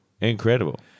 Incredible